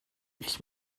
ich